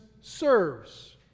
serves